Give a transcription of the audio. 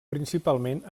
principalment